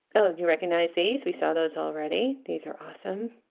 oh do you recognize these we saw those already these are awesome